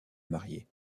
marier